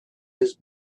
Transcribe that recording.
his